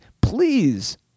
please